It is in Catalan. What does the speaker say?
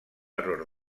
error